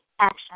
action